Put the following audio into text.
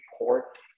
report